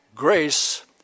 Grace